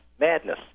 madness